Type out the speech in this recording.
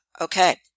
Okay